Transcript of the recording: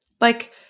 Like-